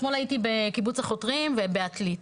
אתמול הייתי בחוף החותרים ובעתלית.